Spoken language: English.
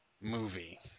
movie